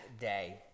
day